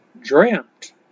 dreamt